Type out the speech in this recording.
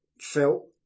felt